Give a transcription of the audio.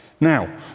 Now